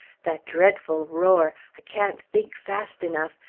that dreadful roar! i can't think fast enough.